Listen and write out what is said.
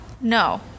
No